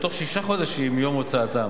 בתוך שישה חודשים מיום הוצאתם.